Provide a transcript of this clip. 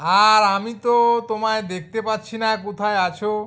আর আমি তো তোমায় দেখতে পারছি না কোথায় আছো